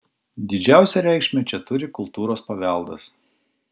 didžiausią reikšmę čia turi kultūros paveldas